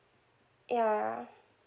ya